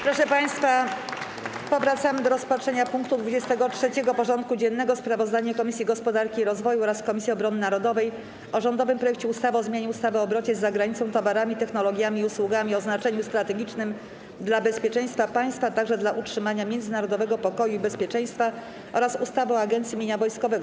Powracamy do rozpatrzenia punktu 23. porządku dziennego: Sprawozdanie Komisji Gospodarki i Rozwoju oraz Komisji Obrony Narodowej o rządowym projekcie ustawy o zmianie ustawy o obrocie z zagranicą towarami, technologiami i usługami o znaczeniu strategicznym dla bezpieczeństwa państwa, a także dla utrzymania międzynarodowego pokoju i bezpieczeństwa oraz ustawy o Agencji Mienia Wojskowego.